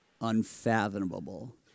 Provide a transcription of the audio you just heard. unfathomable